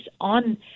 on